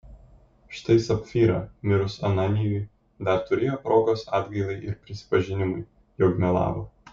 štai sapfyra mirus ananijui dar turėjo progos atgailai ir prisipažinimui jog melavo